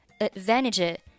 advantage